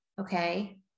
okay